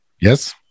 Yes